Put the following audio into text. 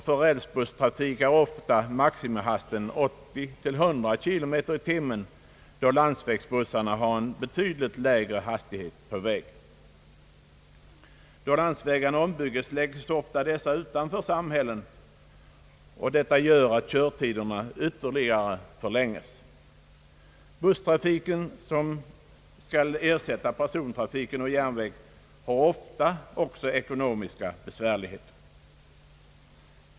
För rälsbusstrafik är ofta maximihastigheten 80—100 km i timmen, medan landsvägsbussarna har en betydligt lägre maximihastighet. När landsvägarna ombyggs lägges de ofta utanför samhällena, Detta gör att körtiderna ytterligare förlängs. Busstrafiken, som skall ersätta järnvägens persontrafik, har det ofta ekonomiskt besvärligt.